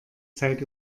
zeit